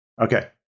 Okay